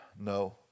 No